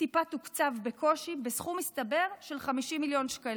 טיפ-טיפה תוקצב בקושי בסכום מצטבר של 50 מיליון שקלים.